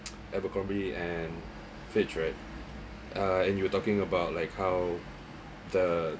abercrombie and fitch right uh and you were talking about like how the